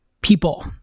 people